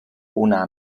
una